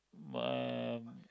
um